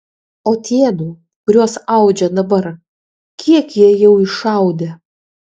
o tie du kuriuos audžia dabar kiek jie jau išaudė